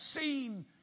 seen